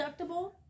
deductible